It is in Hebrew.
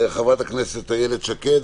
חברת הכנסת איילת שקד,